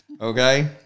Okay